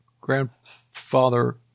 grandfather